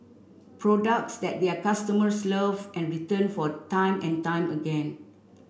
products that their customers love and return for time and time again